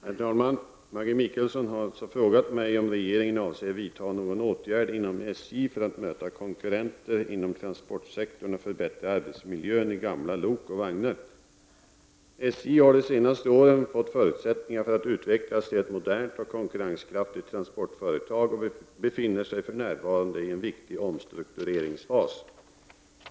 Herr talman! Maggi Mikaelsson har frågat mig om regeringen avser vidta någon åtgärd inom SJ för att möta konkurrenter inom transportsektorn och förbättra arbetsmiljön i gamla lok och vagnar. SJ har de senaste åren fått förutsättningar för att utvecklas till ett modernt och konkurrenskraftigt transportföretag och befinner sig för närvarande i en viktig omstruktureringsfas.